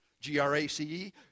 G-R-A-C-E